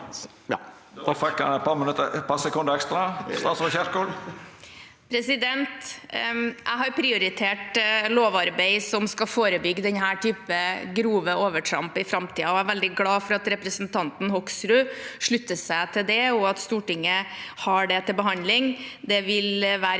Jeg har priori- tert lovarbeid som skal forebygge denne typen grove overtramp i framtiden, og jeg er veldig glad for at representanten Hoksrud slutter seg til det, og at Stortinget har det til behandling. Det vil være